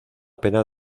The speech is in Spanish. pena